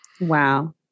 Wow